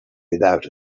without